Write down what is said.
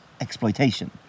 exploitation